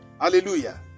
Hallelujah